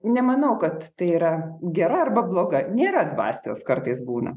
nemanau kad tai yra gera arba bloga nėra dvasios kartais būna